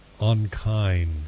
unkind